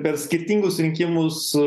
per skirtingus rinkimus